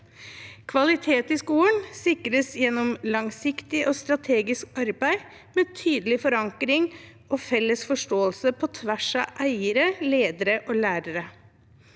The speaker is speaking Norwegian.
Kvalitet i skolen sikres gjennom langsiktig og strategisk arbeid med tydelig forankring og felles forståelse på tvers av eiere, ledere og lærere.